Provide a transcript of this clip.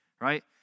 right